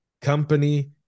company